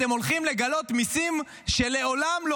אתם הולכים לגלות המיסים שמעולם לא